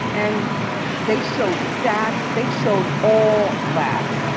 and they showed stats, they showed all that.